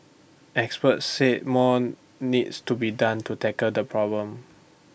experts said more needs to be done to tackle the problem